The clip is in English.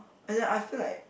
ah ya I feel like